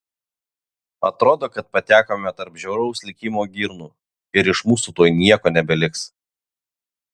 atrodo kad patekome tarp žiauraus likimo girnų ir iš mūsų tuoj nieko nebeliks